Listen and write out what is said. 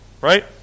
Right